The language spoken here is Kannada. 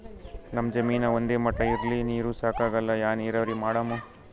ನಮ್ ಜಮೀನ ಒಂದೇ ಮಟಾ ಇಲ್ರಿ, ನೀರೂ ಸಾಕಾಗಲ್ಲ, ಯಾ ನೀರಾವರಿ ಮಾಡಮು?